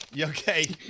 Okay